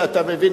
אתה מבין,